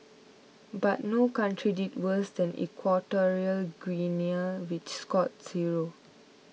but no country did worse than Equatorial Guinea which scored zero